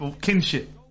kinship